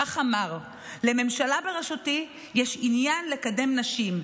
כך אמר: "לממשלה בראשותי יש עניין לקדם נשים.